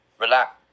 relax